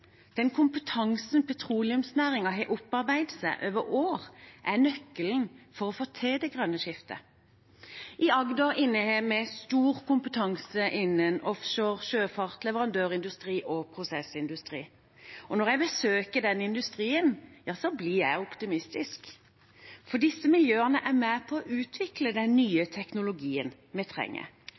Den kompetansen som petroleumsnæringen har opparbeidet seg over år, er nøkkelen for å få til det grønne skiftet. I Agder innehar vi stor kompetanse innenfor offshore, sjøfart, leverandørindustri og prosessindustri. Og når jeg besøker den industrien, blir jeg optimistisk, for disse miljøene er med på å utvikle den nye teknologien vi trenger